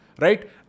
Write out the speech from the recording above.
Right